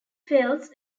fails